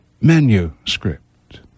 manuscript